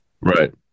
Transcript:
Right